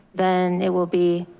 then it will be.